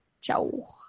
Ciao